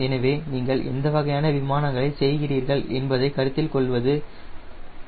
எனவே நீங்கள் எந்த வகையான விமானங்களைச் செய்கிறீர்கள் என்பதைப் கருத்தில் கொள்வது முக்கியம்